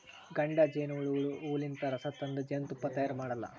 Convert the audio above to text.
ಗಂಡ ಜೇನಹುಳಗೋಳು ಹೂವಲಿಂತ್ ರಸ ತಂದ್ ಜೇನ್ತುಪ್ಪಾ ತೈಯಾರ್ ಮಾಡಲ್ಲಾ